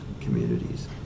communities